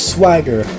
Swagger